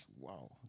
wow